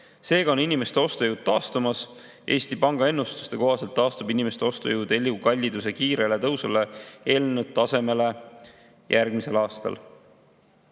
Seega on inimeste ostujõud taastumas. Eesti Panga ennustuse kohaselt [jõuab] inimeste ostujõud ellukalliduse kiirele tõusule eelnenud tasemele [uuesti] järgmisel aastal.